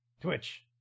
Twitch